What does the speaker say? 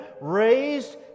raised